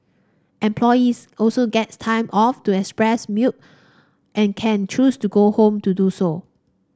employees also get time off to express milk and can choose to go home to do so